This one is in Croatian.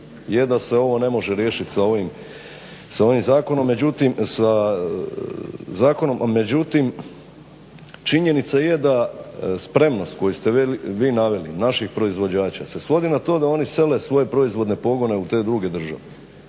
ovim, sa ovim zakonom, međutim sa, zakonom, međutim, činjenica je da spremnost koju ste vi naveli naših proizvođača se svodi na to da oni sele svoje proizvode pogone u te druge države.